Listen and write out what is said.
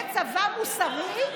זה צבא מוסרי?